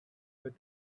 but